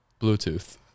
Bluetooth